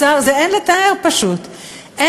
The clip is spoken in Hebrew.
לשר זה,